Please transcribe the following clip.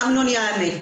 אמנון יענה.